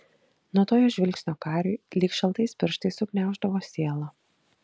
nuo to jos žvilgsnio kariui lyg šaltais pirštais sugniauždavo sielą